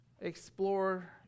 explore